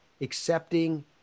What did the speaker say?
accepting